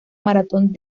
maratón